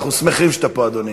אנחנו שמחים שאתה פה, אדוני.